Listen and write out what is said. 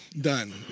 done